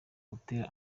buteera